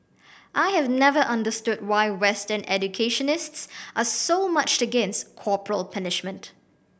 I have never understood why Western educationists are so much against corporal punishment